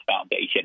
Foundation